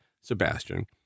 Sebastian